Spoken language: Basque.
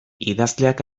idazleak